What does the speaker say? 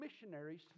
missionaries